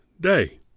day